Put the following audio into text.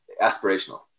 aspirational